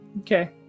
Okay